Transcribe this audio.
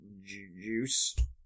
juice